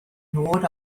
nod